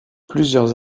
plusieurs